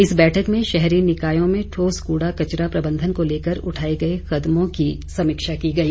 इस बैठक में शहरी निकायों में ठोस कूड़ा कचरा प्रबंधन को लेकर उठाए गए कदमों की समीक्षा की गई